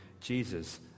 Jesus